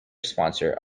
sponsor